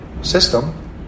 system